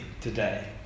today